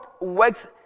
works